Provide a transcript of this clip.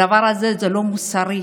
כי הדבר הזה לא מוסרי,